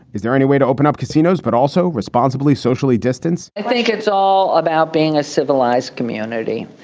is there any way to open up casinos, but also responsibly, socially distance? i think it's all about being a civilized community.